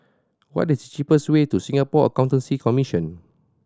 what is the cheapest way to Singapore Accountancy Commission